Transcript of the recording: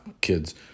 kids